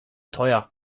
teuer